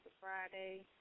Friday